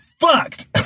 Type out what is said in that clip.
fucked